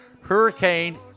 Hurricane